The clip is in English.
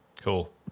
Cool